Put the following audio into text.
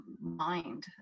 mind